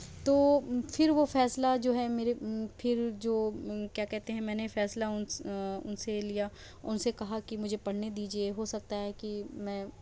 تو پھر وہ فیصلہ جو ہے میرے پھر جو کیا کہتے ہیں میں نے فیصلہ ان ان سے لیا ان سے کہا کہ مجھے پڑھنے دیجیے ہو سکتا ہے کہ میں